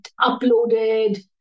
uploaded